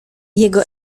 jego